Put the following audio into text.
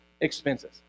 expenses